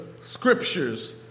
scriptures